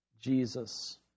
Jesus